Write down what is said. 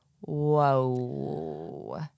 Whoa